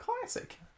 classic